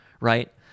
right